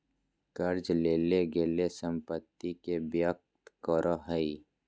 कर्ज लेल गेल संपत्ति के व्यक्त करो हइ